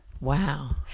Wow